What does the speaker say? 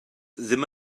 ddim